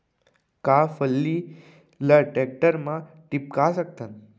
का फल्ली ल टेकटर म टिपका सकथन?